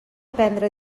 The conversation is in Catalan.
prendre